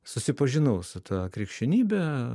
susipažinau su ta krikščionybe